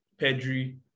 Pedri